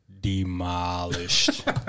demolished